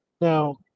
Now